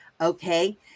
Okay